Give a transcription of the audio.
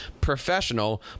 professional